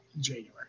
January